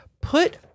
put